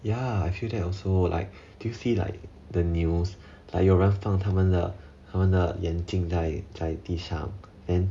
ya I feel that also like did you see like the news like 有人放他们的他们的眼睛在地上 then